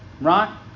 Right